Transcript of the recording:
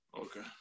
Okay